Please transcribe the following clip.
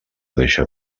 deixa